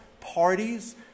parties